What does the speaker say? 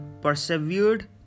persevered